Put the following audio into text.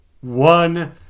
One